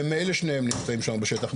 ממילא שניהם נמצאים שם בשטח.